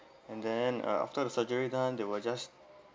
and then uh after the surgery done they were just